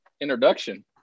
introduction